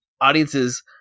audiences